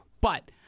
But-